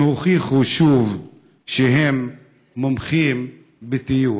הם הוכיחו שוב שהם מומחים בטיוח.